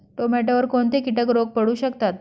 टोमॅटोवर कोणते किटक रोग पडू शकतात?